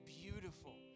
beautiful